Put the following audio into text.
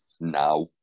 now